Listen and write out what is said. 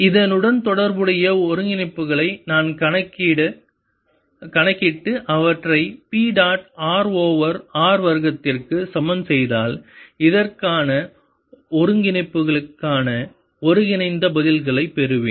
இதனுடன் தொடர்புடைய ஒருங்கிணைப்புகளை நான் கணக்கிட்டு அவற்றை P dot r over r வர்க்கத்திற்கு சமன் செய்தால் இதற்கான ஒருங்கிணைப்புகளுக்கான ஒருங்கிணைந்த பதில்களைப் பெறுவேன்